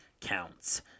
counts